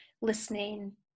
listening